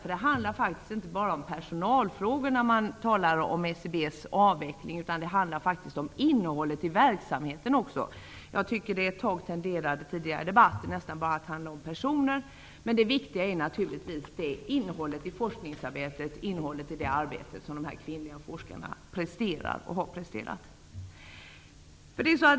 När man talar om SIB:s avveckling handlar det inte bara om personalfrågor utan faktiskt också om verksamhetens innehåll. Jag tycker att det tidigare i debatten ett tag tenderade att nästan bara handla om personer. Men det viktiga är naturligtvis innehållet i det forskningsarbete som de kvinnliga forskarna presterar och har presterat.